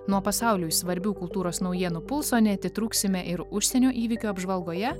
nuo pasauliui svarbių kultūros naujienų pulso neatitrūksime ir užsienio įvykių apžvalgoje